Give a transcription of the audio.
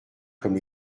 comme